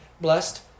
blessed